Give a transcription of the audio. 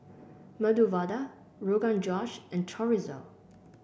Medu Vada Rogan Josh and Chorizo